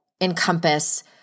encompass